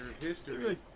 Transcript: history